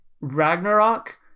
Ragnarok